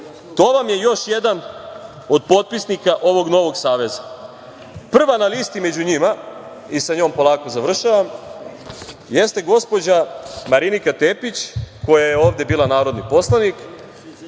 To vam je još jedan od potpisnika ovog novog saveza. Prva na listi među njima i sa njom polako završavam jeste gospođa Marinika Tepić koja je ovde bila narodni poslanik,